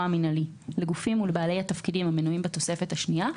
המינהלי לגופים ולבעלי התפקידים המנויים בתוספת השנייה,